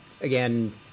again